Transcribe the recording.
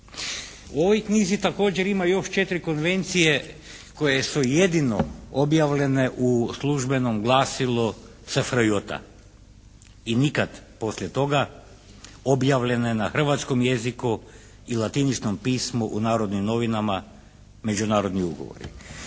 U ovoj knjizi također ima još 4 konvencije koje su jedino objavljene u službenom glasilu SFRJ i nikad poslije toga, objavljene na hrvatskom jeziku i latiničnom pismu u "Narodnim novinama" međunarodni ugovori.